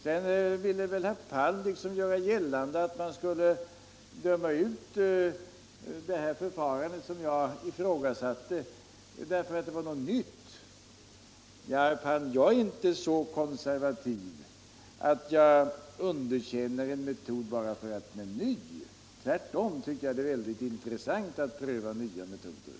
Sedan ville herr Palm liksom göra gällande att man skulle döma ut det förfarande, som jag ifrågasatte, därför att det var någonting nytt. Nej, herr Palm, jag är inte så konservativ att jag underkänner en metod bara för att den är ny. Tvärtom tycker jag att det är mycket intressant att pröva nya metoder.